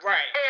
Right